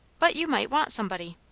but you might want somebody.